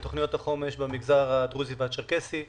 תוכניות החומש במגזר הדרוזי והצ'רקסי.